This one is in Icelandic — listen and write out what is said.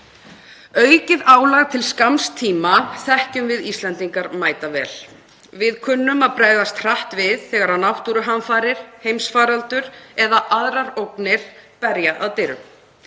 Aukið álag til skamms tíma þekkjum við Íslendingar mætavel. Við kunnum að bregðast hratt við þegar náttúruhamfarir, heimsfaraldur eða aðrar ógnir berja að dyrum.